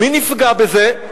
מי נפגע מזה?